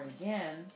again